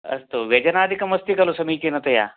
अस्तु व्यजनादिकमस्ति खलु समीचीनतया